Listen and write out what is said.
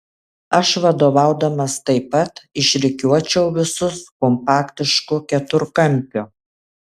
aš vadovaudamas taip pat išrikiuočiau visus kompaktišku keturkampiu